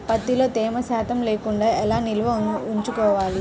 ప్రత్తిలో తేమ శాతం లేకుండా ఎలా నిల్వ ఉంచుకోవాలి?